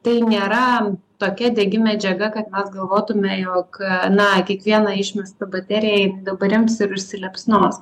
tai nėra tokia degi medžiaga kad mes galvotume jog na kiekvieną išmestą baterija dabar ims ir užsiliepsnos